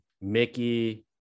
Mickey